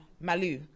malu